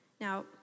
Now